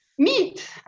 meet